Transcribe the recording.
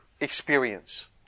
experience